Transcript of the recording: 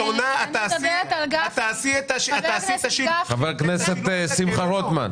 את תעשי --- חבר הכנסת שמחה רוטמן.